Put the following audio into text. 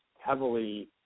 heavily